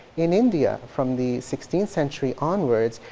in india from the sixteenth century onwards,